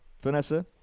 Vanessa